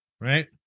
right